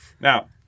now